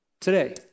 Today